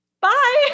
bye